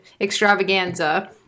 extravaganza